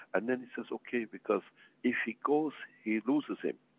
and then he says, okay. because if he goes, he loses him.